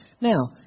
Now